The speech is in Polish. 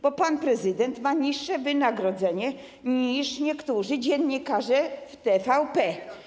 Bo pan prezydent ma niższe wynagrodzenie niż niektórzy dziennikarze w TVP.